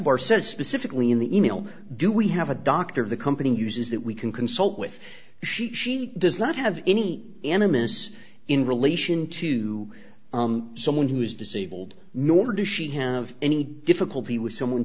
said specifically in the e mail do we have a doctor of the company uses that we can consult with she she does not have any enemas in relation to someone who is disabled nor does she have any difficulty with someone